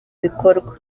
bikorwa